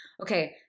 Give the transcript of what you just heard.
okay